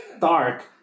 dark